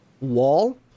wall